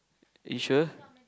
you sure